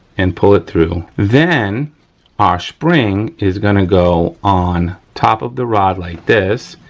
and pull it through. then our spring is gonna go on top of the rod like this,